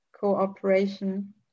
cooperation